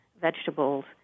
vegetables